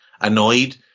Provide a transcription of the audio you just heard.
annoyed